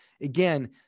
Again